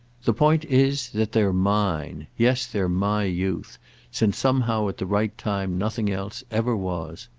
the point is that they're mine. yes, they're my youth since somehow at the right time nothing else ever was.